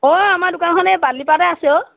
অঁ আমাৰ দোকানখন এই বাদুলিপাৰাতে আছে অ'